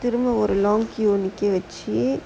திரும்ப ஒரு:thirumba oru long queue நிக்க வச்சு:nikka vachu